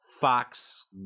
Fox